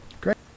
Great